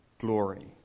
glory